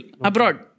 abroad